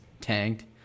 tanked